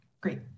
great